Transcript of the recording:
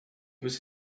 was